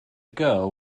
girl